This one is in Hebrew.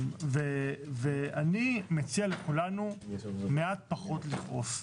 ואני מציע לכולנו מעט פחות לכעוס.